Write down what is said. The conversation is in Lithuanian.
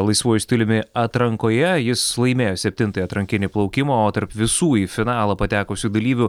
laisvuoju stiliumi atrankoje jis laimėjo septintąjį atrankinį plaukimą o tarp visų į finalą patekusių dalyvių